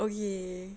okay